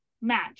match